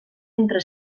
entre